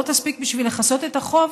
היא לא תספיק בשביל לכסות את החוב,